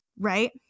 right